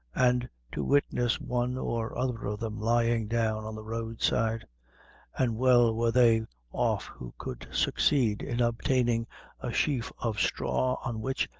and to witness one or other of them lying down on the road side and well were they off who could succeed in obtaining a sheaf of straw, on which,